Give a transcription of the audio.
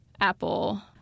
Apple